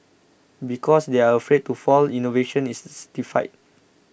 because they are afraid to fail innovation is stifled